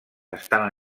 estan